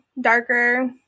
darker